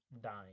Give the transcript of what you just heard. dying